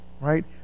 right